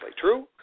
True